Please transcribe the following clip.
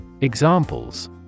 Examples